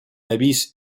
avís